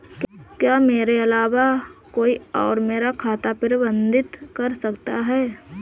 क्या मेरे अलावा कोई और मेरा खाता प्रबंधित कर सकता है?